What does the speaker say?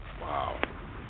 wow